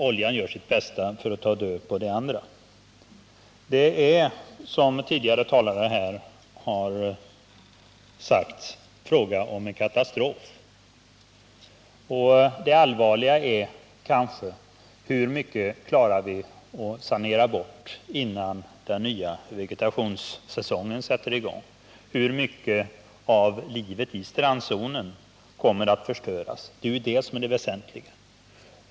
Oljan gör sitt bästa för att ta död på det andra. Som de tidigare talarna framhållit är det fråga om en katastrof. Den allvarligaste frågan är kanske: Hur mycket kan vi sanera bort, innan den nya vegetationssäsongen börjar, hur mycket av livet i strandzonen kommer att förstöras? Det är ju det som är det väsentliga.